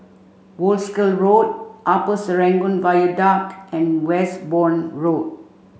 Wolskel Road Upper Serangoon Viaduct and Westbourne Road